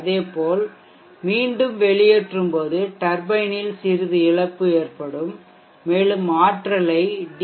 அதேபோல் மீண்டும் வெளியேற்றும் போது டர்பைனில் சிறிது இழப்பு ஏற்படும் மேலும் ஆற்றலை டி